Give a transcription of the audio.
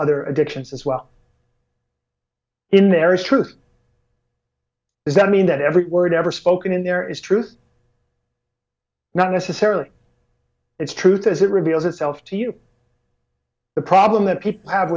other addictions as well in there is truth does that mean that every word ever spoken in there is truth not necessarily its truth as it reveals itself to you the problem that people have